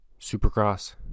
Supercross